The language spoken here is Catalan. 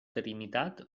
trinitat